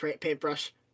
paintbrush